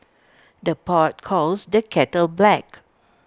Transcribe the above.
the pot calls the kettle black